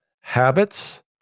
habits